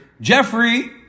Jeffrey